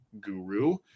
guru